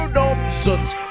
nonsense